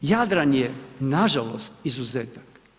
Jadran je nažalost izuzetak.